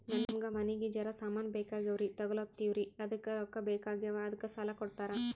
ನಮಗ ಮನಿಗಿ ಜರ ಸಾಮಾನ ಬೇಕಾಗ್ಯಾವ್ರೀ ತೊಗೊಲತ್ತೀವ್ರಿ ಅದಕ್ಕ ರೊಕ್ಕ ಬೆಕಾಗ್ಯಾವ ಅದಕ್ಕ ಸಾಲ ಕೊಡ್ತಾರ?